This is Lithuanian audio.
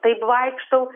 taip vaikštau